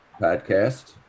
podcast